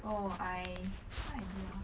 oh I what I do ah